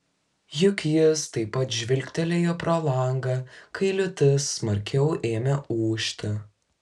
juk jis taip pat žvilgtelėjo pro langą kai liūtis smarkiau ėmė ūžti